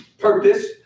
purpose